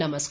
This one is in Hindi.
नमस्कार